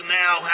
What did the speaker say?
now